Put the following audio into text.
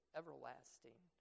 everlasting